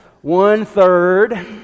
One-third